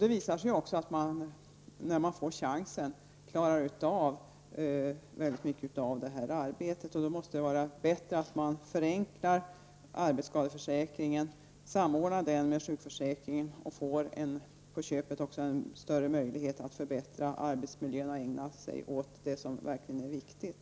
Det visar sig också att man, när man får chansen, klarar av väldigt mycket av detta arbete. Det måste vara bättre att förenkla arbetsskadeförsäkringen, samordna den med sjukförsäkringen och på köpet få en större möjlighet att förbättra arbetsmiljöerna och ägna sig åt det som verkligen är viktigt.